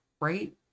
right